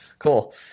Cool